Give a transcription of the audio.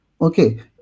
Okay